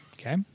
Okay